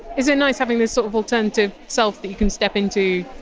is it nice having this sort of alternative self that you can step into?